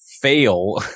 fail